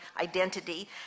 identity